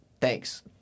thanks